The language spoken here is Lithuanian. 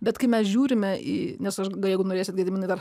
bet kai mes žiūrime į nes aš jeigu norėsit gediminai dar